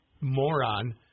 moron